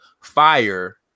fire